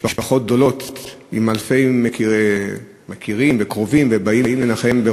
משפחות גדולות עם אלפי מכרים וקרובים שבאים לנחם.